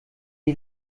die